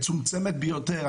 מצומצמת ביותר.